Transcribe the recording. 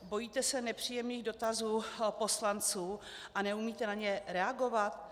Bojíte se nepříjemných dotazů poslanců a neumíte na ně reagovat?